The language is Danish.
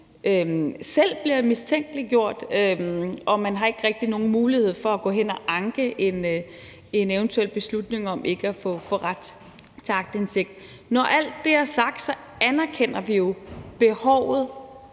selv bliver mistænkeliggjort, og at de ikke rigtig har nogen mulighed for at gå hen at anke en eventuel beslutning om ikke at få ret til aktindsigt. Når alt det er sagt, anerkender vi jo behovet